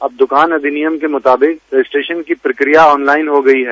अब दुकान अधिनियम के मुताबिक रजिस्ट्रेशन की प्रक्रिया ऑनलाइन हो गई है